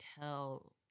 tell